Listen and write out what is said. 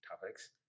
topics